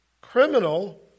criminal